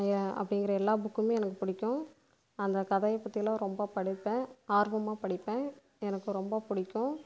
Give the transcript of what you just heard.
அப்படிங்கிற எல்லா புக்குமே எனக்கு பிடிக்கும் அந்த கதையை பற்றியெல்லாம் ரொம்ப படிப்பேன் ஆர்வமாக படிப்பேன் எனக்கு ரொம்ப பிடிக்கும்